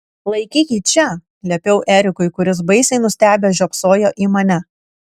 laikyk jį čia liepiau erikui kuris baisiai nustebęs žiopsojo į mane